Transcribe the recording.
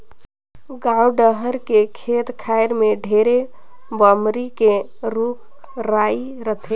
गाँव डहर के खेत खायर में ढेरे बमरी के रूख राई रथे